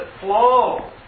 flow